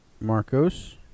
Marcos